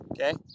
Okay